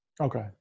Okay